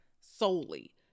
solely